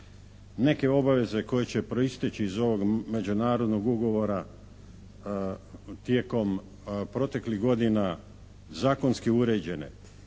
neke obaveze koje će proisteći iz ovog međunarodnog ugovora tijekom proteklih godina zakonski uređene.